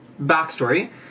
backstory